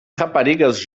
raparigas